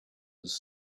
was